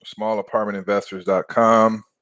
smallapartmentinvestors.com